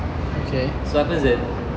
so it happens that